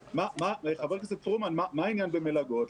חברת הכנסת פרומן, מה העניין במלגות?